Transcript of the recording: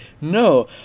no